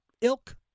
ilk